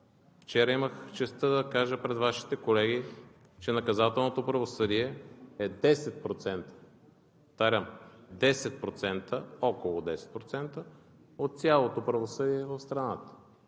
Вчера имах честта да кажа пред Вашите колеги, че наказателното правосъдие е 10%. Повтарям – 10%, около 10%, от цялото правосъдие в страната.